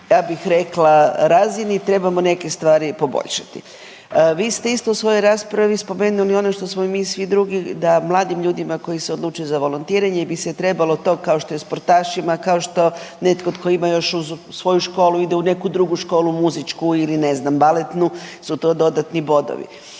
ja bih rekla razini trebamo neke stvari poboljšati. Vi ste isto u svojoj raspravi spomenuli ono što smo i mi svi drugi da mladim ljudima koji se odluče za volontiranje bi se trebalo to kao što i sportašima kao što netko tko ima još uz svoju školu ide u neku drugu školu muzičku ili ne znam baletnu su to dodatni bodovi